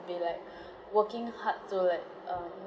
be like working hard to like um